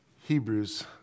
Hebrews